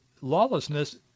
lawlessness